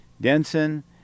Denson